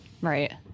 Right